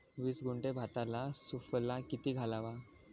वीस गुंठे भाताला सुफला किती घालावा?